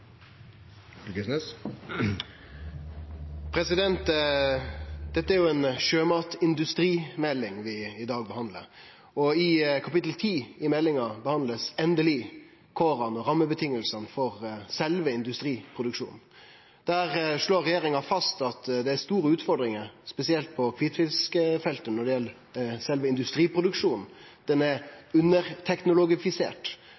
dag, og i kapittel 10 i meldinga blir endeleg kåra og rammevilkåra for sjølve industriproduksjonen behandla. Der slår regjeringa fast at det er store utfordringar, spesielt på kvitfiskfeltet, når det gjeld sjølve industriproduksjonen.